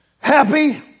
happy